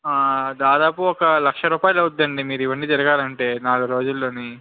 దాదాపు ఒక లక్ష రూపాయలు అవుతుందండి మీరు ఇవన్నీ తిరగాలంటే నాలుగు రోజుల్లోని